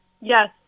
Yes